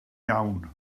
iawn